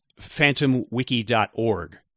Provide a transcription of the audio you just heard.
phantomwiki.org